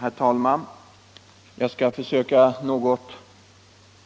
Herr talman! Jag skall försöka något